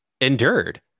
endured